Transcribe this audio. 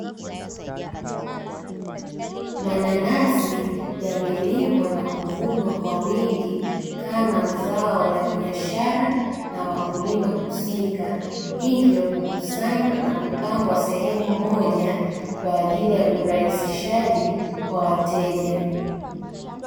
Mananasi yamelimwa na kuvunwa kwa wingi kama zao la biashara la wakulima husika. Hivyo kukusanywa na kuwekwa sehemu moja kwa ajili ya urahisishaji kwa wateja.